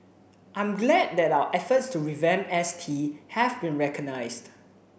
I'm glad that our efforts to revamp S T have been recognised